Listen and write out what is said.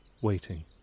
waiting